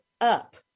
up